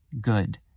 good